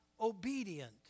obedient